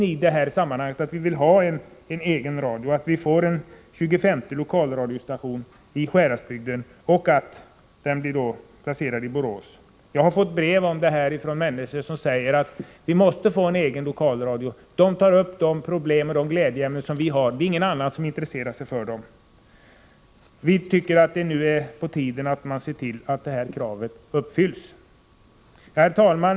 I detta sammanhang måste vårt krav på en egen radio komma in, så att den tjugofemte lokalradiostationen startas i Sjuhäradsbygden och placeras i Borås. Jag har fått brev om detta från människor som säger att vi måste få en egen lokalradio, där de problem och glädjeämnen som vi har tas upp — det är ingen annan som intresserar sig för dem. Det är på tiden att detta krav nu uppfylls. Herr talman!